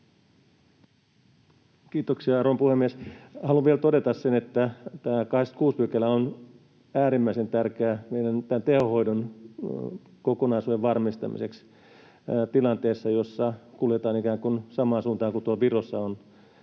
Kiitoksia, arvon puhemies! Haluan vielä todeta sen, että tämä 86 § on äärimmäisen tärkeä meidän tehohoidon kokonaisuuden varmistamiseksi tilanteessa, jossa kuljetaan ikään kun samaan suuntaan kuin tuolla